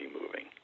moving